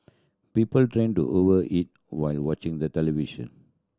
people tend to over eat while watching the television